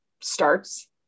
starts